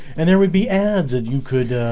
and there would be ads and you could